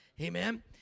amen